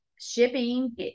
shipping